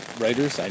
writers